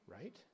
Right